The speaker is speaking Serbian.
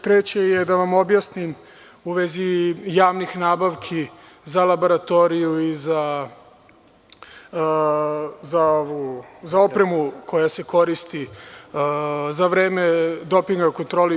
Treće je, da vam objasnim u vezi javnih nabavki za laboratoriju i za opremu koja se koristi za vreme doping kontrole.